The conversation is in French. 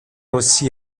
aussi